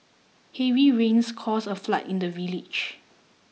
heavy rains caused a flood in the village